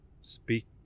speak